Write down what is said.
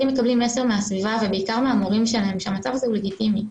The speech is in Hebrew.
מקבלים מסר מהסביבה ובעיקר מהמורים שלהם שהמצב הזה הוא לגיטימי,